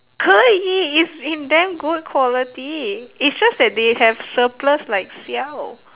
可以 it's in damn good quality it's just that they have surplus like siao